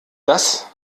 das